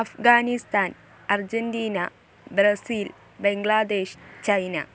Afghanistan Argentina Brazil Bangladesh China